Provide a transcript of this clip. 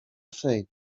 said